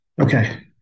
okay